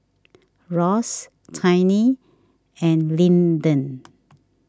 Ross Tiny and Linden